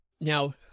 Now